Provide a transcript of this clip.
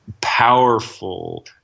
powerful